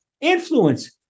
influence